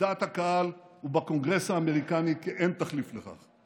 בדעת הקהל ובקונגרס האמריקני, כי אין תחליף לכך.